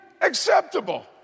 acceptable